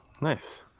nice